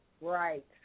Right